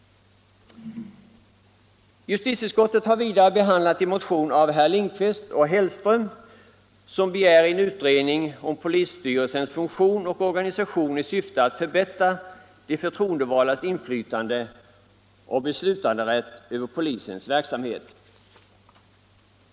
Justitieutskottet har vidare behandlat en motion av herrar Lindkvist och Hellström, som begär en utredning om polisstyrelsens funktion och organisation i syfte att förbättra de förtroendevaldas inflytande och beslutanderätt över polisens verksamhet.